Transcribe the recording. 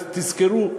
תזכרו,